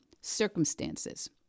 circumstances